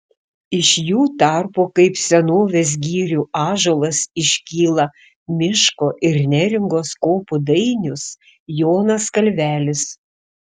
iš jų tarpo kaip senovės girių ąžuolas iškyla miško ir neringos kopų dainius jonas kalvelis